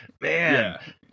man